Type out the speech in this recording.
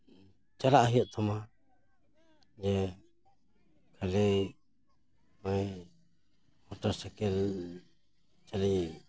ᱪᱟᱞᱟᱜ ᱦᱩᱭᱩᱜ ᱛᱟᱢᱟ ᱡᱮ ᱠᱷᱟᱹᱞᱤ ᱱᱚᱜᱼᱚᱭ ᱢᱚᱴᱚᱨ ᱥᱟᱭᱠᱮᱞ ᱪᱟᱞᱩ